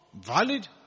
valid